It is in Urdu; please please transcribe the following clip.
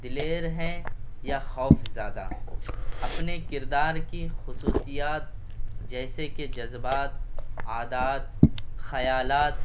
دلیر ہیں یا خوفزدہ اپنے کردار کی خصوصیات جیسے کہ جذبات عادات خیالات